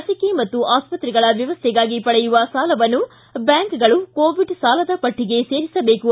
ಲಸಿಕೆ ಮತ್ತು ಆಸ್ಪತ್ರೆಗಳ ವ್ಯವಸ್ಟೆಗಾಗಿ ಪಡೆಯುವ ಸಾಲವನ್ನು ಬ್ಯಾಂಕ್ಗಳು ಕೋವಿಡ್ ಸಾಲದ ಪಟ್ಟಿಗೆ ಸೇರಿಸಬೇಕು